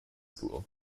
school